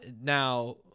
Now